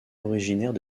originaires